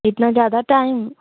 इतना ज़्यादा टाइम